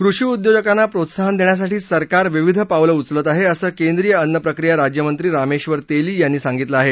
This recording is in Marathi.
कृषी उद्योजकांना प्रोत्साहन देण्यासाठी सरकार विविध पावलं उचलत आहे असं केंद्रीय अन्न प्रक्रिया राज्यमंत्री रामेबर तेली यांनी सांगितलं आहे